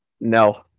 No